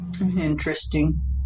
Interesting